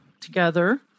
together